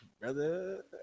brother